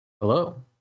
hello